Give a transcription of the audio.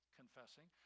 confessing